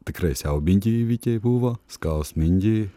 tikrai siaubingi įvykiai buvo skausmingi